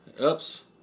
oops